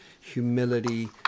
humility